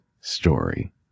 story